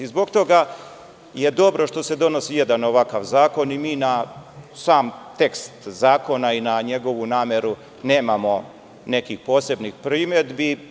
Zbog toga je dobro što se donosi jedan ovakav zakon i mi na sam tekst zakona i na njegovu nameru nemamo nekih posebnih primedbi.